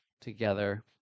together